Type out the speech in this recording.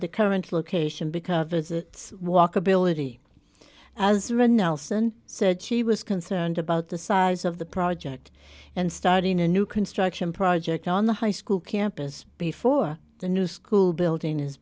the current location because of its walkability as rain nelson said she was concerned about the size of the project and starting a new construction project on the high school campus before the new school building is